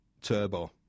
turbo